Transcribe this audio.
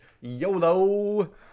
yolo